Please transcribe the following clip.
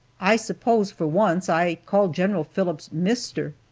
i suppose, for once i called general phillips mister!